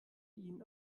ihn